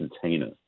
container